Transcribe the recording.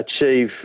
achieve